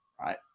right